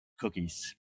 cookies